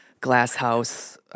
Glasshouse